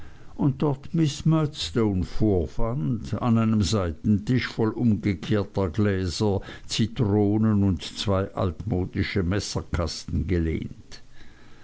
und dort miß murdstone fand an einen seitentisch voll umgekehrter gläser zitronen und zwei altmodische messerkasten gelehnt